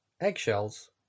Eggshells